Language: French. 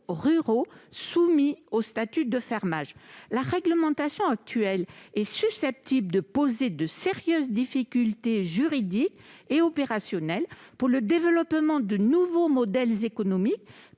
soumis au statut de fermage. La réglementation actuelle est susceptible de poser de sérieuses difficultés juridiques et opérationnelles pour le développement de nouveaux modèles économiques